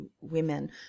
women